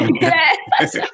Yes